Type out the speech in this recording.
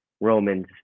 Roman's